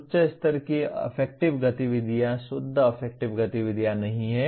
उच्च स्तर की अफेक्टिव गतिविधियाँ शुद्ध अफेक्टिव गतिविधियाँ नहीं हैं